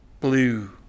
blue